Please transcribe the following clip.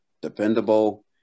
dependable